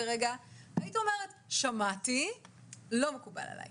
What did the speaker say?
לכן צריך להבין בזה.